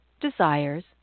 desires